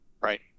Right